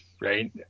right